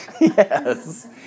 Yes